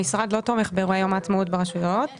המשרד לא תומך באירועי יום העצמאות ברשויות.